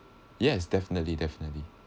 yes definitely definitely